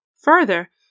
Further